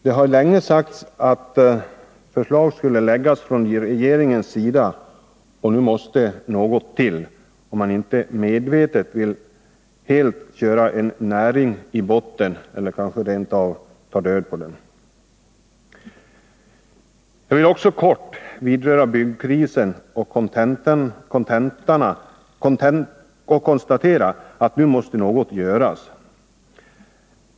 Det har länge sagts att förslag skulle läggas från regeringens sida och nu måste något till, om man inte medvetet vill helt köra en näring i botten eller kanske rent av ta död på den. Jag vill också kort vidröra byggkrisen och konstatera, att nu måste något göras.